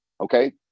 okay